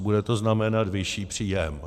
Bude to znamenat vyšší příjem.